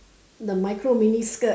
the micro mini skirt